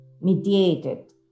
mediated